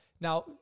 Now